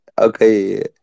okay